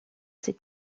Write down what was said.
ces